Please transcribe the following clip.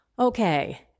Okay